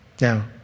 Now